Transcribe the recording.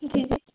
जी जी